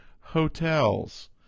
hotels